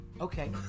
Okay